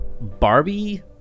Barbie